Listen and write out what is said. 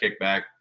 kickback